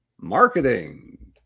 Marketing